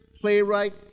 playwright